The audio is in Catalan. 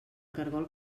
caragol